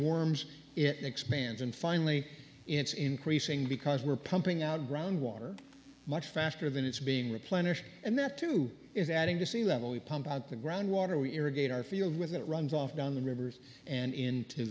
warms it expands and finally it's increasing because we're pumping out groundwater much faster than it's being replenished and that too is adding to sea level we pump out the groundwater we irrigate our field with it runs off down the rivers and into